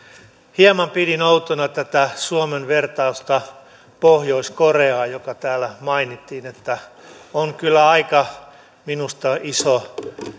hieman pidin outona tätä suomen vertaamista pohjois koreaan joka täällä mainittiin että on minusta kyllä aika iso